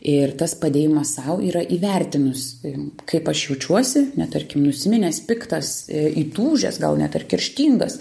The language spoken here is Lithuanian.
ir tas padėjimas sau yra įvertinus kaip aš jaučiuosi ane tarkim nusiminęs piktas įtūžęs gal net ir kerštingas